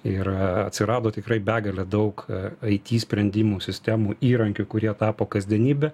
ir atsirado tikrai begalė daug it sprendimų sistemų įrankių kurie tapo kasdienybe